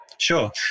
Sure